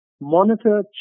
monitor